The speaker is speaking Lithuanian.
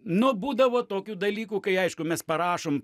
nuo būdavo tokių dalykų kai aišku mes parašom